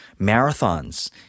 marathons